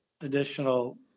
additional